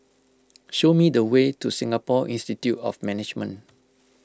show me the way to Singapore Institute of Management